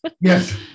Yes